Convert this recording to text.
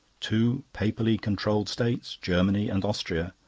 two papally controlled states, germany and austria,